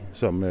som